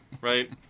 right